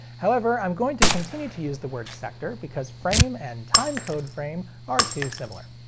however i'm going to continue to use the word sector because frame and timecode frame are too similar.